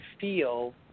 feel